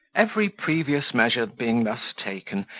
every previous measure being thus taken,